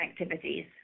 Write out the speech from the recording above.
activities